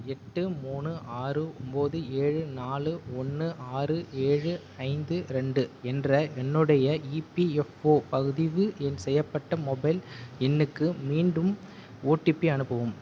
எட்டு மூணு ஆறு ஒம்போது ஏழு நாலு ஒன்று ஆறு ஏழு ஐந்து ரெண்டு என்ற என்னுடைய இபிஎஃப்ஓ பதிவு எண் செய்யப்பட்ட மொபைல் எண்ணுக்கு மீண்டும் ஓடிபி அனுப்பவும்